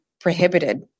prohibited